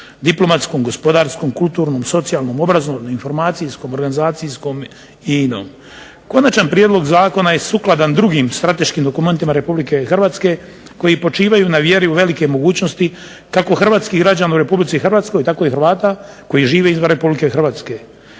diplomatskom, gospodarskom, kulturnom, socijalnom, obrazovnom, informacijskom, organizacijskom i inom. Konačan prijedlog zakona je sukladan drugim strateškim dokumentima RH koji počivaju na vjeri u velike mogućnosti kako hrvatskih građana u RH tako i Hrvata koji žive izvan RH.